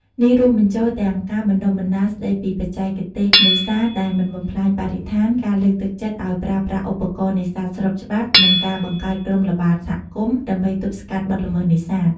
នេះរួមបញ្ចូលទាំងការបណ្តុះបណ្តាលស្តីពីបច្ចេកទេសនេសាទដែលមិនបំផ្លាញបរិស្ថាន ការលើកទឹកចិត្តឱ្យប្រើប្រាស់ឧបករណ៍នេសាទស្របច្បាប់ និងការបង្កើតក្រុមល្បាតសហគមន៍ដើម្បីទប់ស្កាត់បទល្មើសនេសាទ។